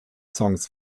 songs